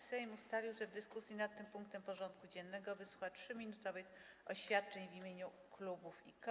Sejm ustalił, że w dyskusji nad tym punktem porządku dziennego wysłucha 3-minutowych oświadczeń w imieniu klubów i koła.